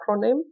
acronym